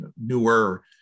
newer